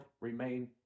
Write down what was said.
remain